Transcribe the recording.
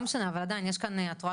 לא משנה אבל עדיין יש כאן ואת רואה